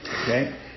Okay